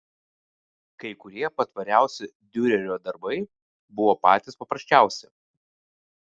kai kurie patvariausi diurerio darbai buvo patys paprasčiausi